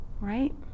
right